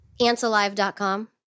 Antsalive.com